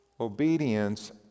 Obedience